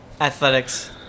Athletics